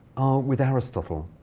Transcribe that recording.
with aristotle.